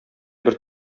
бер